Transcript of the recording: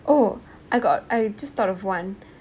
oh I got I just thought of one